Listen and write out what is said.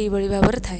ଏଇଭଳି ଭାବରେ ଥାଏ